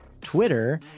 Twitter